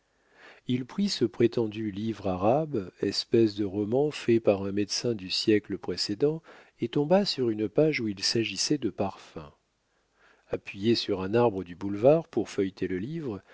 il prit ce prétendu livre arabe espèce de roman fait par un médecin du siècle précédent et tomba sur une page où il s'agissait de parfums appuyé sur un arbre du boulevard pour feuilleter le livre